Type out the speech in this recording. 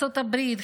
ארצות הברית,